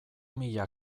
mila